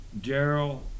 Daryl